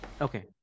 Okay